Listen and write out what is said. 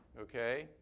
okay